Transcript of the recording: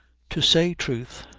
to say truth,